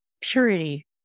purity